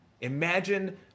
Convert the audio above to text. Imagine